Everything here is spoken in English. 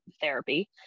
therapy